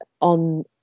on